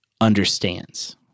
understands